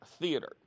Theater